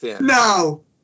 No